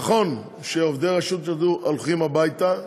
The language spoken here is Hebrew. נכון שעובדי רשות השידור הולכים הביתה,